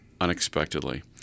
unexpectedly